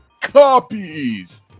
copies